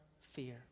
fear